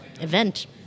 event